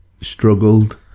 struggled